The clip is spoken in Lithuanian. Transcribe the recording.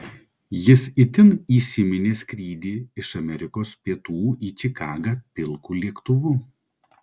jis itin įsiminė skrydį iš amerikos pietų į čikagą pilku lėktuvu